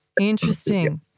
Interesting